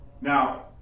Now